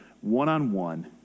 one-on-one